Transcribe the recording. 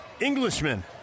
Englishman